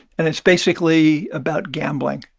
and it's basically about gambling.